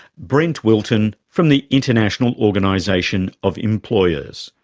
brent wilton from the international organisation of employers.